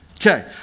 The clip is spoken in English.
Okay